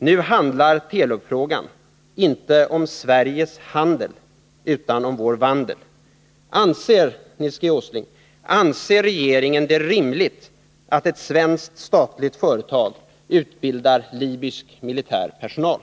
Nu handlar Telubfrågan inte om Sveriges handel utan om vår vandel. Anser, Nils G. Åsling, regeringen det rimligt att ett svenskt statligt företag utbildar libysk militär personal?